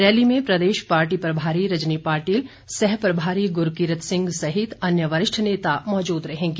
rally में प्रदेश party प्रभारी रजनी पाटिल सह प्रभारी गुरकीरत सिंह सहित अन्य वरिष्ठ नेता मौजूद रहेंगे